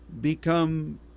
become